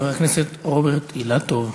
חבר הכנסת רוברט אילטוב,